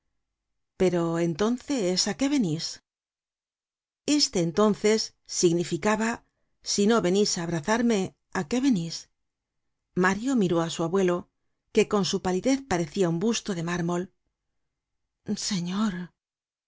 pero entonces á qué venís este entonces significaba si no venís á abrazarme á qué venís mario miró á su abuelo que con su palidez parecia un busto de mármol señor